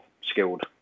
skilled